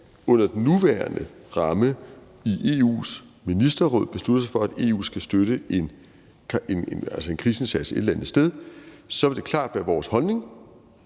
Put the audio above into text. under den nuværende ramme i EU's Ministerråd beslutter sig for, at EU skal støtte en krigsindsats et eller andet sted, vil det til enhver tid klart være vores holdning,